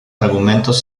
argumentos